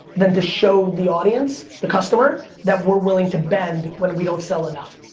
than to show the audience, the customer, that we're willing to bend, when we don't sell enough.